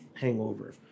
hangover